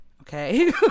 Okay